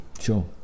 Sure